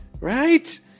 Right